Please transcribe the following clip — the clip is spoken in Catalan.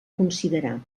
considerar